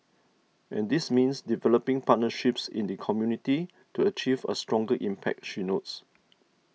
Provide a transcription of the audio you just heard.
and this means developing partnerships in the community to achieve a stronger impact she notes